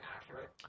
accurate